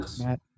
Matt